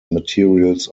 materials